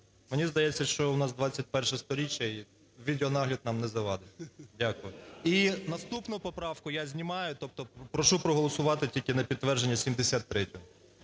Мені здається, що у нас ХХІ сторіччя і відеонагляд нам не завадить. Дякую. І наступну поправку я знімаю, тобто прошу проголосувати тільки на підтвердження 73-ї.